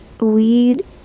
weed